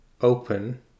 open